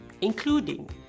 including